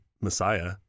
messiah